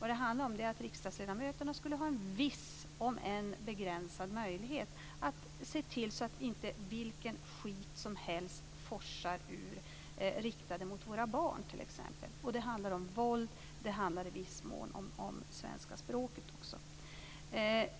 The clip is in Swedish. Vad det handlar om är att riksdagsledamöterna skulle ha en viss, om än begränsad, möjlighet att se till att inte vilken skit som helst forsar ut, riktat mot t.ex. våra barn. Det handlar om våld och det handlar i viss mån om svenska språket.